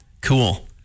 Cool